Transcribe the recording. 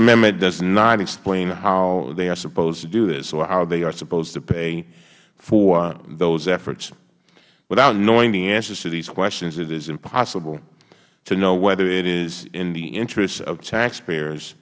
amendment does not explain how they are supposed to do this or how they are supposed to pay for those efforts without knowing the answers to these questions it is impossible to know whether it is in the interests of taxpayers